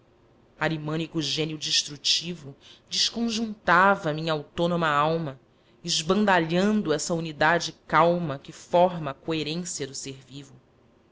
epiderme arimânico gênio destrutivo desconjuntava minha autônoma alma esbandalhando essa unidade calma que forma a coerência do